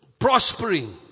prospering